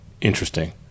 Interesting